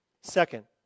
Second